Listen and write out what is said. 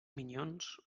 minyons